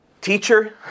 Teacher